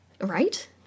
Right